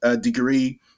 degree